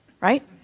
right